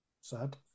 Sad